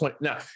now